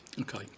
Okay